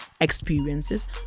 experiences